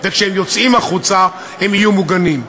ושכשהם יוצאים החוצה הם יהיו מוגנים.